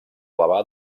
elevar